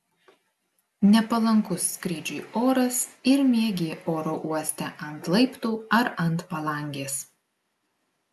nepalankus skrydžiui oras ir miegi oro uoste ant laiptų ar ant palangės